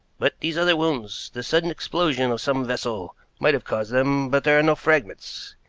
but these other wounds the sudden explosion of some vessel might have caused them, but there are no fragments.